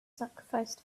sacrificed